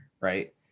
Right